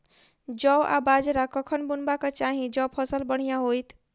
जौ आ बाजरा कखन बुनबाक चाहि जँ फसल बढ़िया होइत?